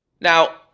now